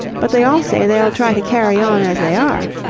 but they all say they'll try to carry on as they are.